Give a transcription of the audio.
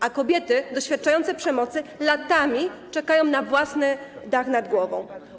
A kobiety doświadczające przemocy latami czekają na własny dach nad głową.